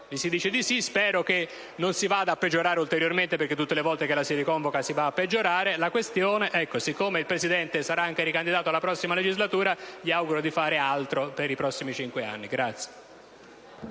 mi si dice di sì. Spero però che non si vada a peggiorare ulteriormente, perché tutte le volte che la si riconvoca, finisce così, la questione. Siccome il presidente Zavoli sarà ricandidato nella prossima legislatura, gli auguro di fare altro per i prossimi cinque anni.